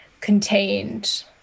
contained